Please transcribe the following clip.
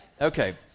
Okay